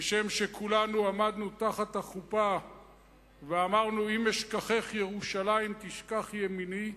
שכשם שכולנו עמדנו תחת החופה ואמרנו: אם אשכחך ירושלים תשכח ימיני,